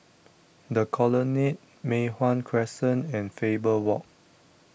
the Colonnade Mei Hwan Crescent and Faber Walk